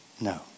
no